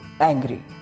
angry